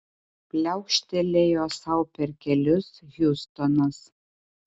pliaukštelėjo sau per kelius hiustonas